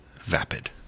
vapid